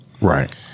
Right